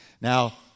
Now